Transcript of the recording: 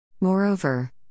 Moreover